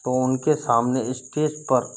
तो उन के सामने स्टेज पर